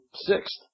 sixth